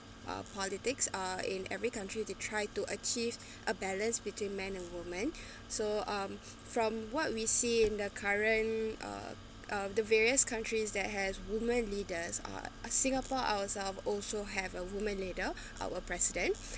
uh politics are in every country to try to achieve a balance between man and woman so um from what we see in the current uh the various countries that has women leaders ah singapore ourselves also have a woman leader our president